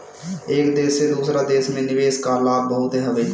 एक देस से दूसरा देस में निवेश कअ लाभ बहुते हवे